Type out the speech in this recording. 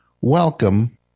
welcome